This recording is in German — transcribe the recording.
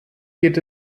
geht